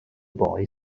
boy